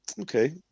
okay